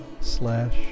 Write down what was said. slash